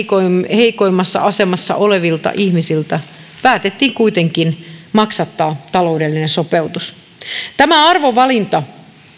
heikoimmassa asemassa olevilla ihmisillä päätettiin kuitenkin maksattaa taloudellinen sopeutus tämä arvovalinta